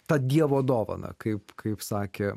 ta dievo dovana kaip kaip sakė